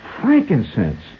Frankincense